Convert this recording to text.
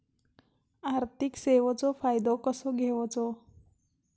आर्थिक सेवाचो फायदो कसो घेवचो?